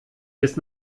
des